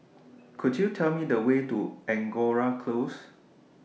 Could YOU Tell Me The Way to Angora Close